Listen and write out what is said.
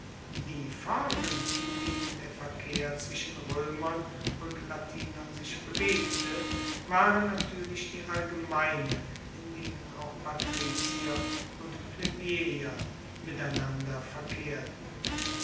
die formen in denen der verkehr zwischen roemern und latinern sich bewegte waren natuerlich die allgemeinen in denen auch patrizier und plebejer miteinander verkehrten